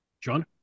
John